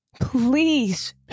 Please